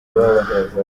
wawa